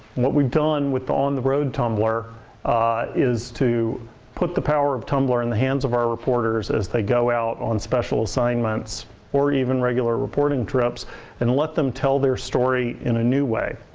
what we've done with on the road tumblr is to put the power of tumblr in the hands of our reporters as they go out on special assignments or even regular reporting trips and let them tell their story in a new way.